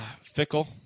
Fickle